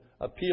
appeal